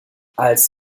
als